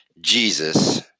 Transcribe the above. Jesus